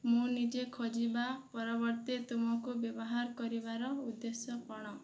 ମୁଁ ନିଜେ ଖୋଜିବା ପରିବର୍ତ୍ତେ ତୁମକୁ ବ୍ୟବହାର କରିବାର ଉଦ୍ଦେଶ୍ୟ କ'ଣ